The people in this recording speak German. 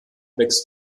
wächst